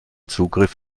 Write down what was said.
zugriff